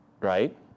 right